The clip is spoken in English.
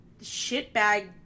shitbag